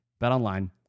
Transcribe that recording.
BetOnline